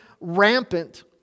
rampant